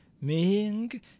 Ming